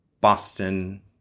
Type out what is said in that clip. Boston